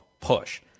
push